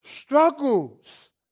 struggles